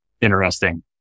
Interesting